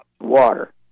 water